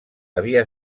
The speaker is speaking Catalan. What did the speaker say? havia